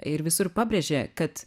ir visur pabrėžė kad